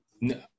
No